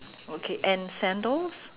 okay and sandals